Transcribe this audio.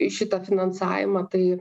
į šitą finansavimą tai